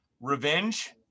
revenge